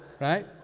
right